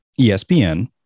ESPN